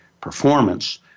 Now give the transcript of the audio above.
performance